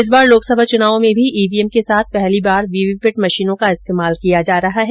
इस बार लोकसभा चुनाव में भी ईवीएम के साथ पहली बार वीवीपेट मशीनों का इस्तेमाल किया जा रहा है